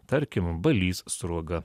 tarkim balys sruoga